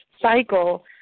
cycle